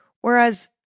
Whereas